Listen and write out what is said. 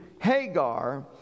Hagar